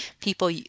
people